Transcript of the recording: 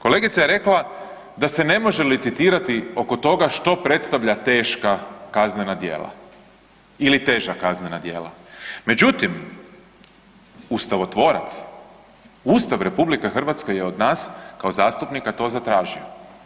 Kolegica je rekla da se ne može licitirati oko toga što predstavlja teška kaznena djela ili teža kaznena djela, međutim ustavotvorac, Ustav RH je od nas kao zastupnika to zatražio.